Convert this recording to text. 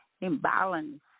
imbalance